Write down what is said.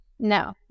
No